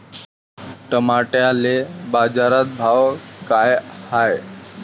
टमाट्याले बाजारभाव काय हाय?